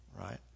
Right